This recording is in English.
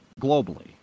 globally